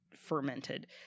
fermented